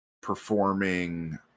performing